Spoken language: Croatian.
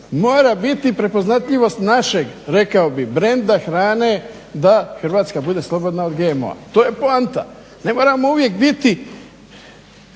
mora biti prepoznatljivost našeg rekao bih brenda, hrane, da Hrvatska bude slobodna od GMO-a. To je poanta. Ne moramo uvijek biti